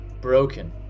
Broken